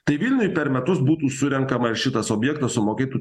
tai vilniuj per metus būtų surenkama ir šitas objektas sumokėtų